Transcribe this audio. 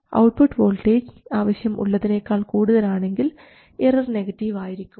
output voltage ആവശ്യം ഉള്ളതിനേക്കാൾ കൂടുതലാണെങ്കിൽ എറർ നെഗറ്റീവ് ആയിരിക്കും